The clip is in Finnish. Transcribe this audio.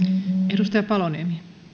arvoisa rouva